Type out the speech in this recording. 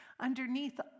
Underneath